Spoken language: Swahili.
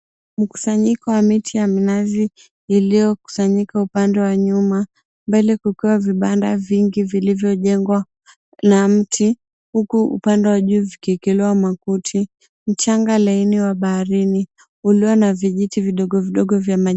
Mkusanyiko wa miti ya minazi iliyo kusanyika upande wanyuma, mbele kukawa vibanda vingi vilivyojengwa na mti huku upande wa juu vikiwekelewa makuti. Mchanga laini wa baharini ulionavijiti vidogo vidogo.